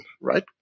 right